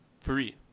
Free